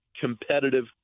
competitive